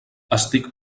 estic